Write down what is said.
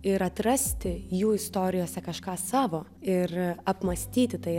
ir atrasti jų istorijose kažką savo ir apmąstyti tai